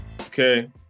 okay